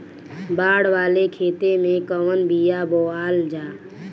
बाड़ वाले खेते मे कवन बिया बोआल जा?